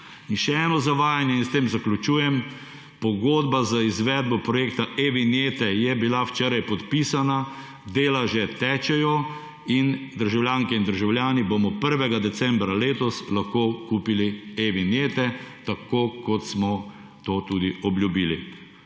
Še eno zavajanje in s tem zaključujem. Pogodba za izvedbo projekta e-vinjete je bila včeraj podpisana, dela že tečejo in državljanke in državljani bomo 1. decembra letos lahko kupili e-vinjete tako kot smo to tudi obljubili.